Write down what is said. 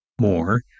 more